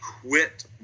quit